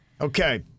Okay